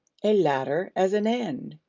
a later as an end,